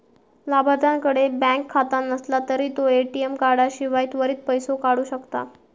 लाभार्थ्याकडे बँक खाता नसला तरी तो ए.टी.एम कार्डाशिवाय त्वरित पैसो काढू शकता